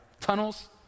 tunnels